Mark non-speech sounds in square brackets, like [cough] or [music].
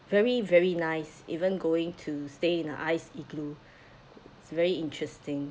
very very nice even going to stay in a ice igloo [breath] it's very interesting